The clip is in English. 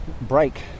break